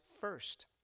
first